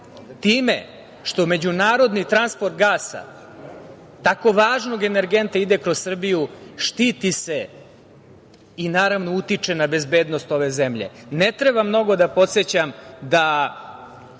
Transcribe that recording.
time što međunarodni transport gasa, tako važnog energenta, ide kroz Srbiju, štiti se i naravno, utiče na bezbednost ove zemlje. Ne treba mnogo da podsećam da